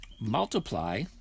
multiply